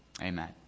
amen